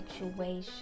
situation